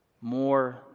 More